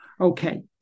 Okay